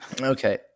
Okay